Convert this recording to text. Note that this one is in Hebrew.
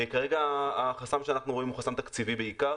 כרגע החסם שאנחנו רואים הוא חסם תקציבי בעיקר.